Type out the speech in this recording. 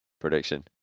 prediction